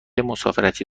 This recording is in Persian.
مسافرتی